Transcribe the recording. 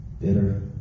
bitter